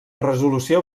resolució